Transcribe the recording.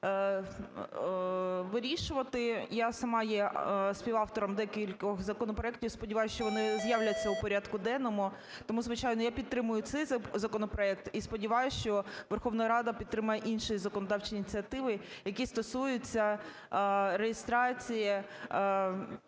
вирішувати. Я сама є співавтором декількох законопроектів, сподіваюся, що вони з'являться у порядку денному, тому, звичайно, я підтримую цей законопроект і сподіваюся, що Верховна Рада підтримає й інші законодавчі ініціативи, які стосуються реєстрації